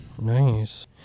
Nice